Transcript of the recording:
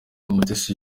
mutesi